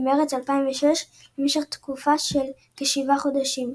ממרץ 2006 למשך תקופה של כשבעה חודשים.